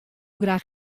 graach